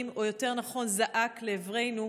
או יותר נכון זעק כמה דברים לעברנו,